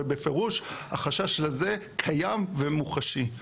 ובפירוש החשש הזה קיים ומוחשי.